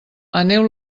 aneu